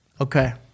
Okay